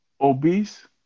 obese